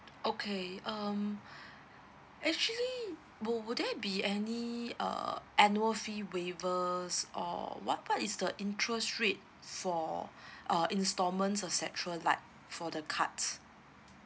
okay um actually w~ will there be any uh annual fee waivers or what part is the interest rate for uh installments et cetera like for the cards